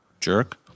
Jerk